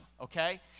okay